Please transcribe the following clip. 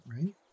right